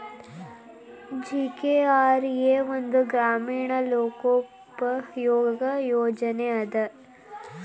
GKRA ಒಂದ ಗ್ರಾಮೇಣ ಲೋಕೋಪಯೋಗಿ ಯೋಜನೆ ಅದ